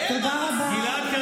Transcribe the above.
החבורה הזאת,